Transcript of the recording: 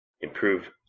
improve